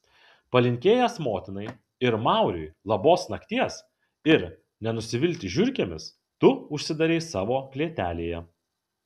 palinkėjęs motinai ir mauriui labos nakties ir nenusivilti žiurkėmis tu užsidarei savo klėtelėje